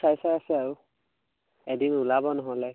চাই চাই আছে আৰু এদিন ওলাব নহ'লে